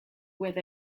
with